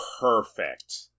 perfect